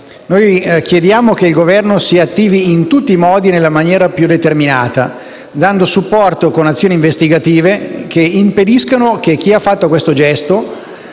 noi chiediamo che il Governo si attivi in tutti i modi nella maniera più determinata, dando supporto con azioni investigative che impediscano che chi ha fatto questo gesto